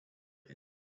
pits